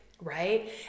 right